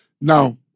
Now